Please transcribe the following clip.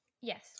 yes